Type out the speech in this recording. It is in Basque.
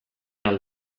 ahal